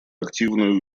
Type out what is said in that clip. активную